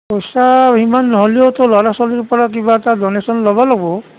পইচা ইমান নহ'লেওতো ল'ৰা ছোৱালীৰ পৰা কিবা এটা ড'নেশ্যন ল'ব লাগিব